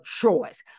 choice